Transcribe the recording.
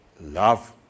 love